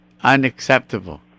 unacceptable